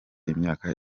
imyaka